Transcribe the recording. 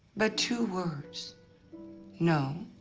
but two words no